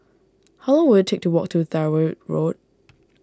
how long will it take to walk to Tyrwhitt Road